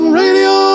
radio